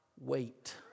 wait